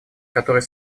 который